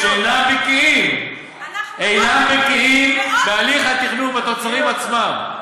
ואינם בקיאים בתהליך התכנון ובתוצרים עצמם.